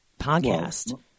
podcast